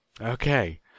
Okay